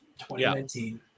2019